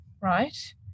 right